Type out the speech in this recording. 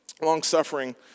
Long-suffering